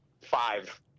five